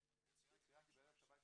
יצוין כי בערב שבת,